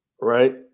right